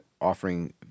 offering